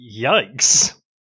yikes